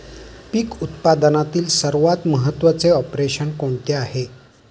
पीक उत्पादनातील सर्वात महत्त्वाचे ऑपरेशन कोणते आहे?